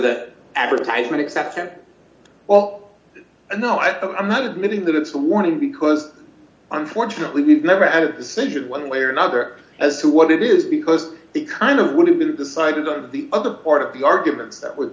the advertisement except that well no i am not admitting that it's a warning because unfortunately we've never had a decision one way or another as to what it is because it kind of would have been decided on the other part of the arguments that w